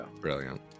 Brilliant